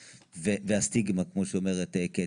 והסטיגמה כמו שאומרת קטי.